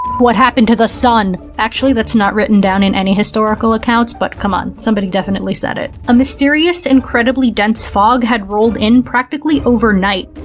what happened to the sun! actually, that's not written down in any historical accounts, but come on, somebody definitely said it. a mysterious, incredibly dense fog had rolled in practically overnight,